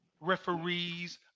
referees